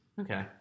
Okay